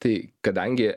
tai kadangi